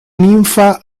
ninfa